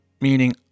meaning